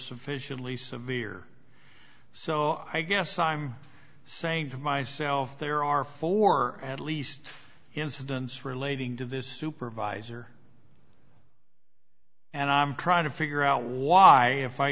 sufficiently severe so i guess i'm saying to myself there are four at least incidents relating to this supervisor and i'm trying to figure out why if i